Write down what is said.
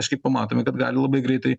kažkaip pamatome kad gali labai greitai